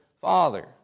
Father